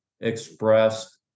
expressed